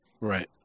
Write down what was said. right